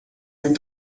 ein